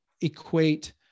equate